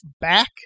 back